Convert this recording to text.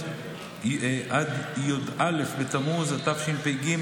עד י"א בתמוז התשפ"ג,